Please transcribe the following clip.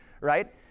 right